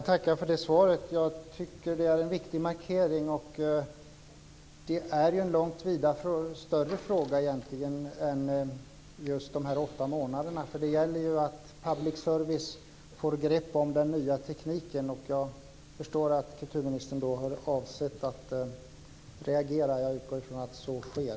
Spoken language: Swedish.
Herr talman! Jag tackar för det svaret. Det är en viktig markering. Det är egentligen en vida större fråga än just en fråga om de åtta månaderna. Det gäller att public service får grepp om den nya tekniken. Jag förstår att kulturministern avser att reagera. Jag utgår från att så sker.